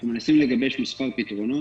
אנחנו מנסים לגבש מספר פתרונות.